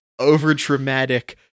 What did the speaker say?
overdramatic